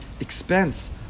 expense